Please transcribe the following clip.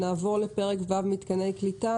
נעבור לפרק ו': מתקני קליטה.